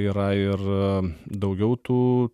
yra ir daugiau tų